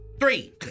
three